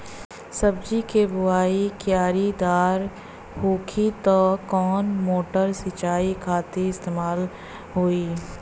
सब्जी के बोवाई क्यारी दार होखि त कवन मोटर सिंचाई खातिर इस्तेमाल होई?